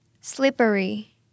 Slippery